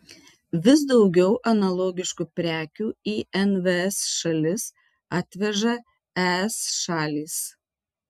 vis daugiau analogiškų prekių į nvs šalis atveža es šalys